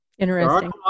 Interesting